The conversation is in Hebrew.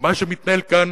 מה שמתנהל כאן